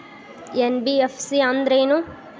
NBFC ಅಂದ್ರೇನು?